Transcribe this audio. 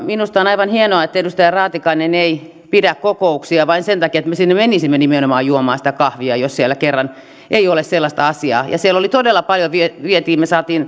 minusta on aivan hienoa että edustaja raatikainen ei pidä kokouksia vain sen takia että me sinne menisimme nimenomaan juomaan sitä kahvia jos siellä kerran ei ole sellaista asiaa siellä oli todella paljon asioita me saimme